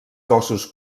cossos